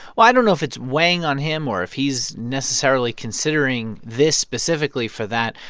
well, i don't know if it's weighing on him or if he's necessarily considering this specifically for that.